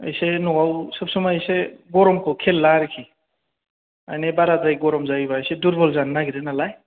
एसे न'आव सबसमाय एसे गरमखौ खेल ला आरोखि मानि बाराद्राय गरम जायोबा एसे दुरबल जानो नागिरो नालाय